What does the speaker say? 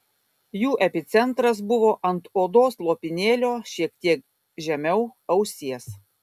jų epicentras buvo ant odos lopinėlio šiek tiek žemiau ausies